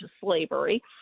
slavery